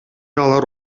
алар